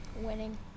Winning